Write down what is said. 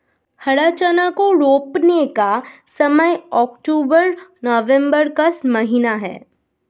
हरा चना को रोपने का समय अक्टूबर नवंबर का महीना है